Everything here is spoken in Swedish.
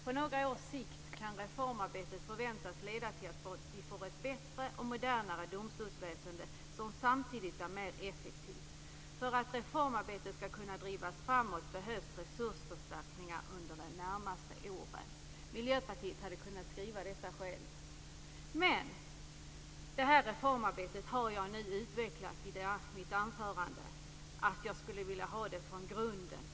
På några års sikt kan reformarbetet förväntas leda till att vi får ett bättre och modernare domstolsväsende som samtidigt är mer effektivt. För att reformarbetet skall kunna drivas framåt behövs resursförstärkningar under de närmaste åren." Vi i Miljöpartiet hade kunnat skriva detta själva. I mitt anförande utvecklade jag detta med reformarbetet. Jag skulle vilja att man började från grunden.